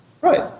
Right